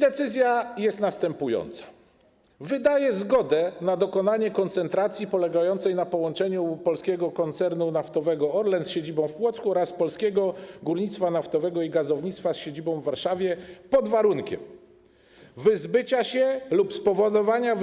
Decyzja jest następująca: wydaje zgodę na dokonanie koncentracji polegającej na połączeniu Polskiego Koncernu Naftowego Orlen z siedzibą w Płocku oraz Polskiego Górnictwa Naftowego i Gazownictwa z siedzibą w Warszawie pod warunkiem wyzbycia się lub spowodowania